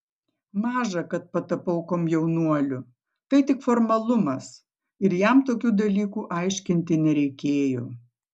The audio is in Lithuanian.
maža kad patapau komjaunuoliu tai tik formalumas ir jam tokių dalykų aiškinti nereikėjo